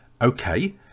okay